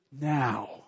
now